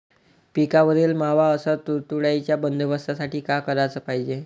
पिकावरील मावा अस तुडतुड्याइच्या बंदोबस्तासाठी का कराच पायजे?